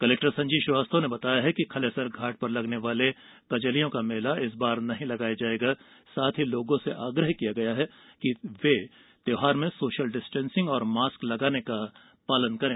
collector Sanjeev Shrivastava ने बताया है कि खलेसर घाट पर लगने वाले कजलियों का मेला नहीं लगाया जायेगा साथ ही लोगों से आग्रह किया गया है कि त्यौहार मे सोशल डिस्टेंसिंग और मास्क लगाने का पालन करें